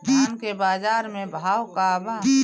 धान के बजार में भाव का बा